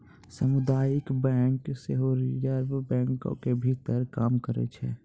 समुदायिक बैंक सेहो रिजर्वे बैंको के भीतर काम करै छै